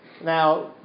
Now